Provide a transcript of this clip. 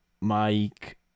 Mike